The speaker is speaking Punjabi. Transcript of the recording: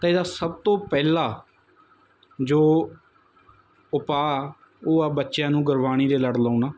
ਤਾਂ ਇਹਦਾ ਸਭ ਤੋਂ ਪਹਿਲਾ ਜੋ ਉਪਾਅ ਉਹ ਆ ਬੱਚਿਆਂ ਨੂੰ ਗੁਰਬਾਣੀ ਦੇ ਲੜ ਲਾਉਣਾ